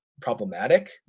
problematic